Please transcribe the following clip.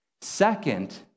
Second